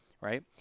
right